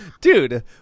Dude